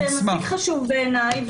זה מספיק חשוב, בעיניי.